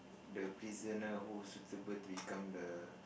the prisoner who is suitable to become the